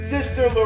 Sister